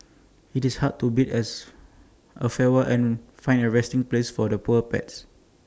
it's hard to bid as A farewell and find A resting place for the poor pets